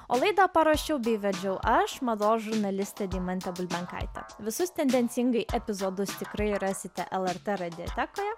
o laidą parašiau bei vedžiau aš mados žurnalistė deimantė bulbenkaitė visus tendencingai epizodus tikrai rasite lrt radiotekoje